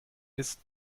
ist